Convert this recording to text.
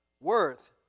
Worth